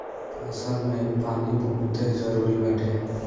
फसल में पानी बहुते जरुरी बाटे